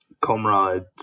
comrades